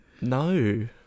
no